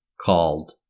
called